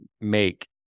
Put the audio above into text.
make